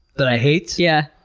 that i hate? yeah